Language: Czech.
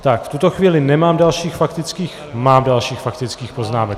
V tuto chvíli nemám dalších faktických... mám dalších faktických poznámek.